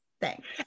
Thanks